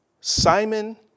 Simon